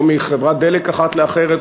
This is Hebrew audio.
או מחברת דלק אחת לאחרת,